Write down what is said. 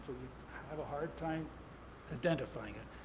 have a hard time identifying it.